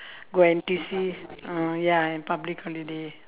go N_T_U_C uh ya and public holiday